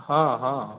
ହଁ ହଁ